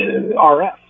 RF